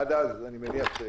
עד אז, אני מניח,